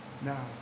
now